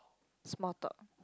small talk